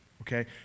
Okay